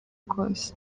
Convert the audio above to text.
kose